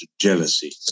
jealousy